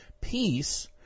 Peace